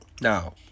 now